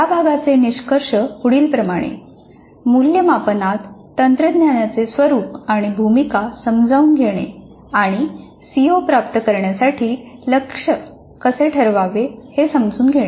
या भागाचे निष्कर्ष पुढीलप्रमाणेः मूल्यमापनात तंत्रज्ञानाचे स्वरूप आणि भूमिका समजावून घेणे आणि सीओ प्राप्त करण्यासाठी लक्ष्य कसे ठरवावे हे समजून घेणे